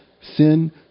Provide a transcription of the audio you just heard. sin